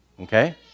Okay